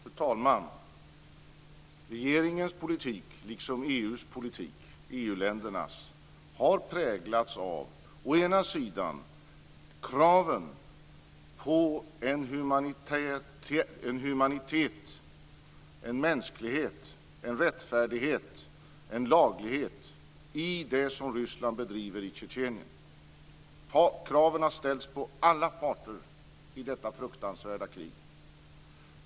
Fru talman! Regeringens politik liksom EU ländernas politik har på ena sidan präglats av kraven på en humanitet, en mänsklighet, en rättfärdighet, en laglighet i det som Ryssland bedriver i Tjetjenien. Kraven har ställts på alla parter i detta fruktansvärda krig.